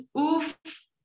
oof